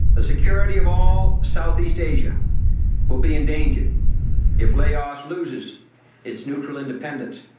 the security of all southeast asia will be endangered if laos loses its neutral independence.